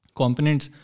components